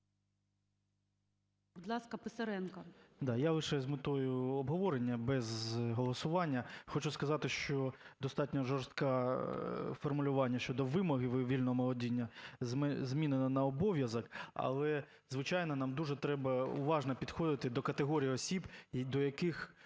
я лише з метою обговорення, без голосування. Хочу сказати, що достатньо жорстке формулювання щодо вимоги вільного володіння змінено на обов'язок, але, звичайно, нам дуже треба уважно підходити до категорії осіб, до яких